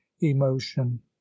emotion